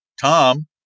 Tom